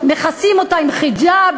מכסים אותה עם חיג'אב,